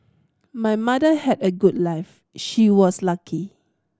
my mother had a good life she was lucky